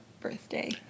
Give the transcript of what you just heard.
birthday